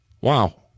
wow